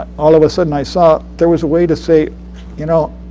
all of a sudden, i saw there was a way to say you know